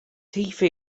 طیف